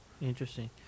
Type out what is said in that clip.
Interesting